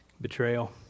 betrayal